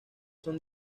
son